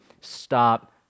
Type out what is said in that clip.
Stop